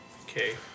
Okay